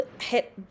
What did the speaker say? hit